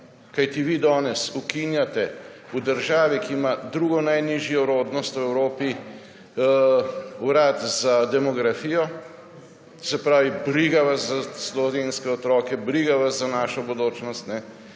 kajti vi danes ukinjate v državi, ki ima drugo najnižjo rodnost v Evropi, Urad za demografijo, se pravi, briga vas za slovenske otroke, briga vas za našo bodočnost,